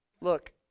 Look